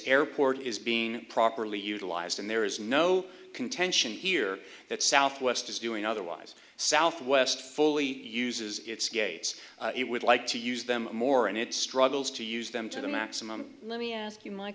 airport is being properly utilized and there is no contention here that southwest is doing otherwise southwest fully uses its gates it would like to use them more and it struggles to use them to the maximum let me ask you m